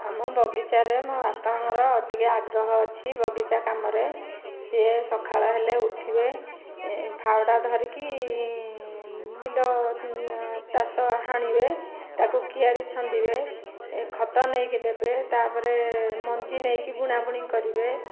ଆମ ବଗିଚାରେ ମୋ ବାପାଙ୍କର ଟିକେ ଆଗ୍ରହ ଅଛି ବଗିଚା କାମରେ ସିଏ ସକାଳ ହେଲେ ଉଠିବେ ଫାଉଡ଼ା ଧରିକି ବିଲ ତାଷ ହାଣିବେ ତାକୁ କିଆରୀ ଛନ୍ଦିବେ ଖତ ନେଇକି ଦେବେ ତା'ପରେ ମଞ୍ଜି ନେଇକି ବୁଣା ବୁଣି କରିବେ